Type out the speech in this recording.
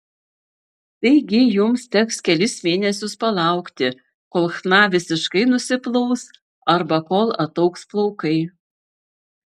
taigi jums teks kelis mėnesius palaukti kol chna visiškai nusiplaus arba kol ataugs plaukai